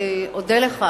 אני אודה לך.